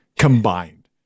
Combined